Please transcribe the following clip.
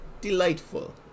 delightful